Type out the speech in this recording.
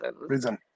reason